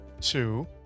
two